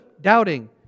doubting